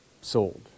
sold